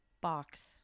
box